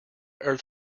earth